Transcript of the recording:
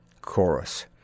Chorus